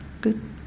good